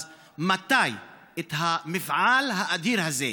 אז מתי את המפעל האדיר הזה,